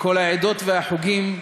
מכל העדות והחוגים,